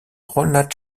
ronald